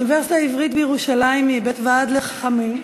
האוניברסיטה העברית בירושלים היא בית ועד לחכמים,